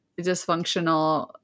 dysfunctional